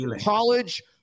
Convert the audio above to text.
college